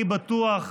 אני בטוח,